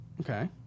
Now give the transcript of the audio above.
Okay